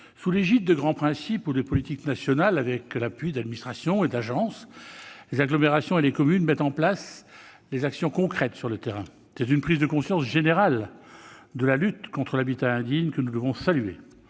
Sous l'égide de grands principes ou de politiques nationales et avec l'appui d'administrations et d'agences, les agglomérations et les communes mettent en place les actions concrètes sur le terrain. C'est une prise de conscience générale que nous devons saluer